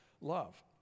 love